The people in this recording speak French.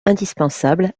indispensable